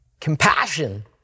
Compassion